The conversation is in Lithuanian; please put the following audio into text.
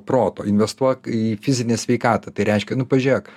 proto investuok į fizinę sveikatą tai reiškia nu pažėk